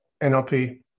NLP